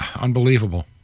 Unbelievable